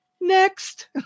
next